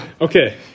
Okay